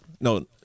No